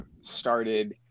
started